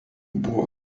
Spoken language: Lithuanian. buvo